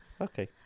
Okay